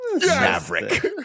Maverick